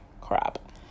crap